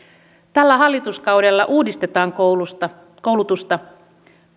tällä hallituskaudella uudistetaan koulutusta koulutusta